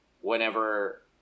whenever